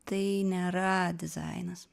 tai nėra dizainas